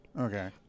Okay